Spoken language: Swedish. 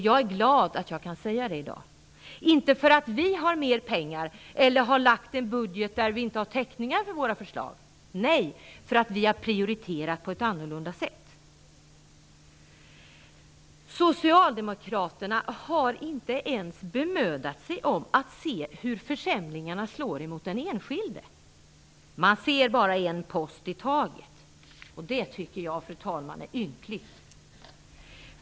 Jag är glad att jag kan säga det i dag. Det har vi kunnat göra, inte för att vi har mer pengar eller har lagt fram en budget där vi inte har täckningar för våra förslag, utan för att vi har prioriterat på ett annat sätt. Socialdemokraterna har inte ens bemödat sig om att se hur försämringarna slår mot den enskilde. Man ser bara en post i taget. Det tycker jag, fru talman, är ynkligt.